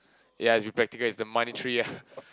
ya it's to be practical it's the monetary ah